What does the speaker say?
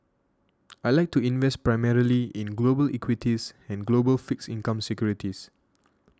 I like to invest primarily in global equities and global fixed income securities